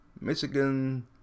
Michigan